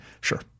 Sure